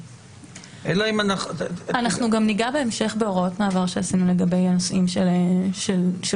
אנחנו גם ניגע בהמשך בהוראות מעבר שעשינו לגבי הנושאים של גבייה.